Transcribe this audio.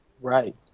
Right